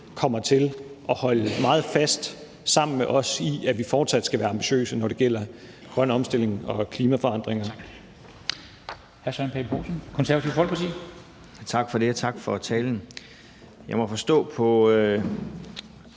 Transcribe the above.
kommer til at holde meget fast i, at vi fortsat skal være ambitiøse, når det gælder grøn omstilling og klimaforandringer. Kl. 09:23 Formanden (Henrik Dam